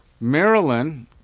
Maryland